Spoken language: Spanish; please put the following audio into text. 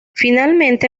finalmente